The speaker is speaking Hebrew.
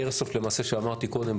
האיירסופט שהזכרתי קודם,